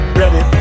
ready